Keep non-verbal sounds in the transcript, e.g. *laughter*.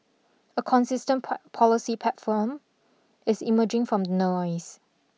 a consistent *unintelligible* policy platform is emerging from noise